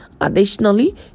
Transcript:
Additionally